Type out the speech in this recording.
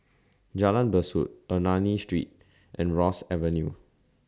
Jalan Besut Ernani Street and Ross Avenue